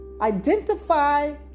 Identify